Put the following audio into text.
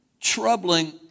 troubling